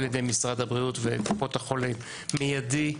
ידי משרד הבריאות וקופות החולים מיידית.